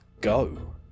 go